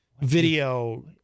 video